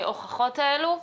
ההוכחות האלה,